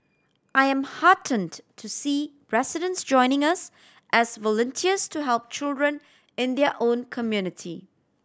I am heartened to see residents joining us as volunteers to help children in their own community